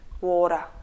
water